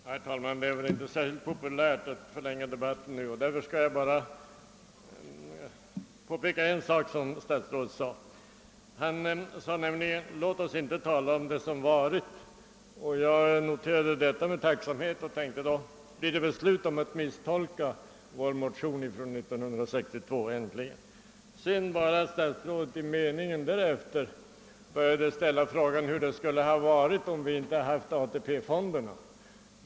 Herr talman! Det är väl inte särskilt populärt att vid denna tidpunkt förlänga debatten, och jag skall därför bara ta upp ett yttrande av herr statsrådet. Han sade att vi inte skulle tala om det som varit. Jag noterade detta med tacksamhet och tänkte, att det då äntligen skulle bli ett slut på misstolkningarna av vår motion från år 1962. I meningen därefter började emellertid statsrådet med att ställa frågan hur det skulle ha varit, om vi inte hade haft AP-fonderna.